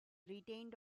retained